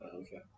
Okay